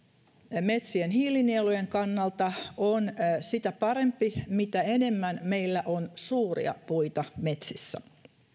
metsien hiilinielujen kannalta on sitä parempi mitä enemmän meillä on suuria puita metsissä